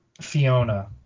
Fiona